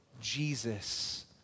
Jesus